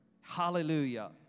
Hallelujah